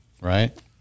Right